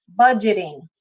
budgeting